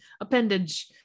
appendage